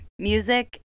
Music